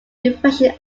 refreshing